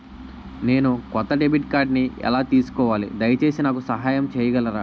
నేను కొత్త డెబిట్ కార్డ్ని ఎలా తీసుకోవాలి, దయచేసి నాకు సహాయం చేయగలరా?